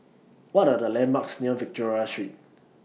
What Are The landmarks near Victoria Street